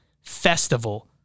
festival